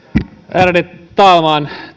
ärade talman